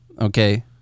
okay